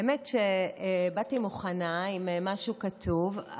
האמת שבאתי מוכנה עם משהו כתוב,